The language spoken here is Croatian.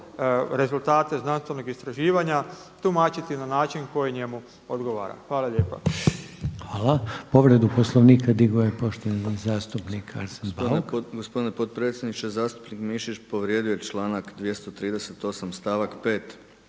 rezultate znanstvenog istraživanja tumačiti na način koji njemu odgovara. Hvala lijepo. **Reiner, Željko (HDZ)** Hvala. Povredu Poslovnika digao je poštovani zastupnik Arsen Bauk. **Bauk, Arsen (SDP)** Gospodine potpredsjedniče. Zastupnik Mišić povrijedio je članak 238. stavak 5.